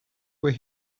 were